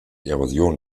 erosion